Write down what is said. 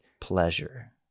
pleasure